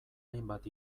hainbat